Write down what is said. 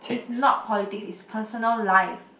it's not politics it's personal life